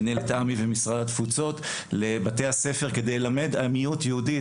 מנהל עמ"י ומשרד התפוצות לבתי הספר כדי ללמד על המיעוט היהודי,